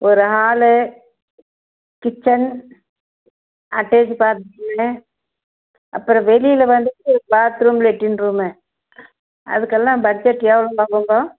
ஒரு hall kitchen attach bathroom அப்பறம் வெளியில் வந்துட்டு பாத்ரூம் லெட்டின் ரூமு அதுக்கெல்லாம் பஜ்ஜட் எவ்வளோ